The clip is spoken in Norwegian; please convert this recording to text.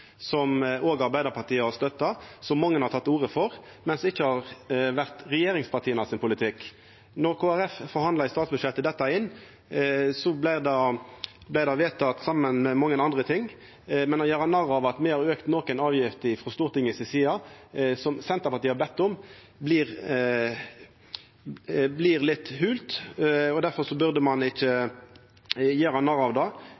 som òg Arbeidarpartiet har støtta og mange har teke til orde for, men som ikkje har vore politikken til regjeringspartia. Då Kristeleg Folkeparti forhandla dette inn i statsbudsjettet, vart det vedteke saman med mange andre ting. Men å gjera narr av at me har auka nokre avgifter ifrå Stortinget si side, som Senterpartiet har bedt om, blir litt holt. Difor burde ein ikkje gjera narr av det.